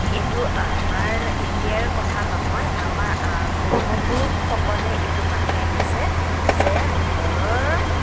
এইটো আমাৰ এতিয়াৰ কথা নহয় আমাৰ পূৰ্বপুৰুষসকলে এইটো মানি আহিছে যে ঘৰৰ